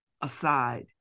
aside